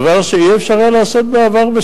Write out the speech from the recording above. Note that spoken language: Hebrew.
דבר שלא היה אפשר לעשות בעבר,